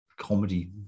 comedy